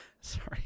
sorry